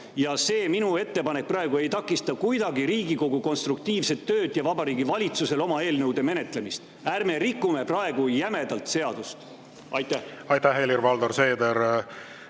See minu ettepanek praegu ei takista kuidagi Riigikogu konstruktiivset tööd ja Vabariigi Valitsusel oma eelnõude menetlemist. Ärme rikume praegu jämedalt seadust! Aitäh, austatud